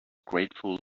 grateful